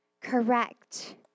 Correct